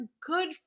good